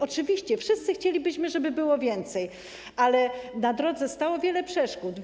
Oczywiście wszyscy chcielibyśmy, żeby było więcej, ale na drodze stało wiele przeszkód.